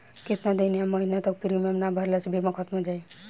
केतना दिन या महीना तक प्रीमियम ना भरला से बीमा ख़तम हो जायी?